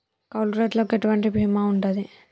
కౌలు రైతులకు ఎటువంటి బీమా ఉంటది?